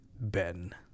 Ben